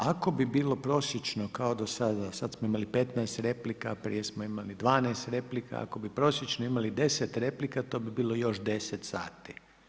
Ako bi bilo prosječno kao do sada, sada smo imali 15 replika, prije smo imali 12 replika, ako bi prosječno imali 10 replika, to bi bilo još 10 sati.